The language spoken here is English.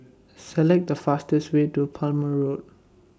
Select The fastest Way to Palmer Road